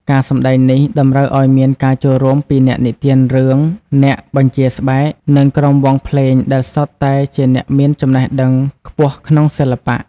ការសម្ដែងនេះតម្រូវឱ្យមានការចូលរួមពីអ្នកនិទានរឿង អ្នកបញ្ជាស្បែក និងក្រុមវង់ភ្លេងដែលសុទ្ធតែជាអ្នកមានចំណេះដឹងខ្ពស់ក្នុងសិល្បៈ។